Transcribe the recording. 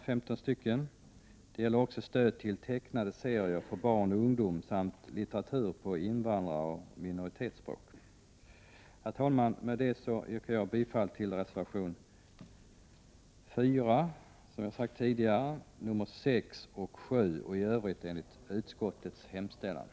Vidare gäller det stöd till tecknade serier för barn och ungdom samt litteratur på invandraroch minoritetsspråk. Herr talman! Med detta yrkar jag alltså bifall till reservation 4 och vidare till reservation 6 och 7 samt i övrigt till utskottets hemställan.